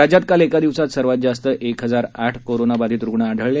राज्यात काल एका दिक्सात सर्वात जास्त एक हजार आठ कोरोनाबाधित रुग्ण आढळले